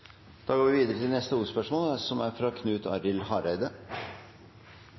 da videre til neste hovedspørsmål. Mitt spørsmål er